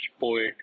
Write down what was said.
poet